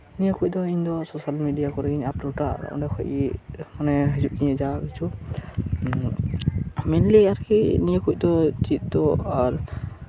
ᱟᱨ ᱤᱧ ᱫᱚ ᱱᱤᱭᱟᱹ ᱠᱚ ᱥᱳᱥᱟᱞ ᱢᱮᱰᱤᱭᱟ ᱠᱚᱨᱮᱜᱤᱧ ᱟᱯᱞᱳᱰᱟ ᱟᱨ ᱱᱤᱭᱟᱹ ᱠᱚ ᱠᱷᱚᱱ ᱜᱮ ᱦᱤᱡᱩᱜ ᱛᱤᱧᱟᱹ ᱡᱟ ᱠᱤᱪᱷᱩ ᱤᱧ ᱫᱚ ᱟᱨ ᱠᱤ ᱱᱤᱭᱟᱹ ᱠᱚᱫᱚ ᱪᱮᱫ ᱫᱚ ᱟᱨ